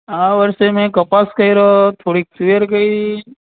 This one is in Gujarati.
આ વર્ષે મે કપાસ કર્યો થોડી તુવેર કરી